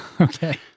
Okay